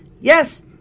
Yes